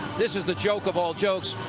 this is the joke of all jokes.